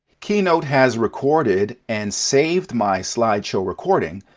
keynote has recorded and saved my slideshow recording,